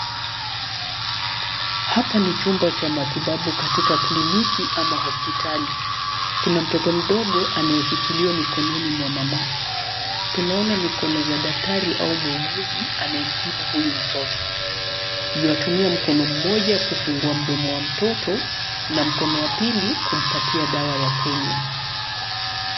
Hapa ni chumba cha matibabu katika kliniki ama hospitali. Kuna mtoto mdogo anayeshikiliwa mikononi mwa mamake. Tunaona mikono za daktari au muuguzi, anayemtibu huyu mtoto. Yuwatumia mkono mmoja kufungua mdomo wa mtoto, na mkono wa pili, kumpatia dawa ya kunywa.